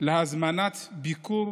להזמנת ביקור